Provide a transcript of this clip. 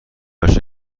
امشب